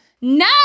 no